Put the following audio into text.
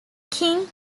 king